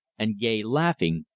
and gay, laughing,